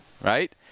right